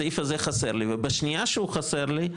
הסעיף הזה חסר לי ובשנייה שהוא חסר לי,